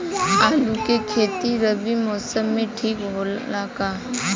आलू के खेती रबी मौसम में ठीक होला का?